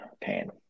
Pain